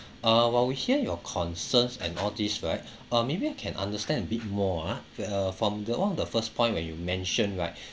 uh while we hear your concerns and all these right uh maybe I can understand a bit more ah uh from the one of the first point where you mention right